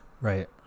Right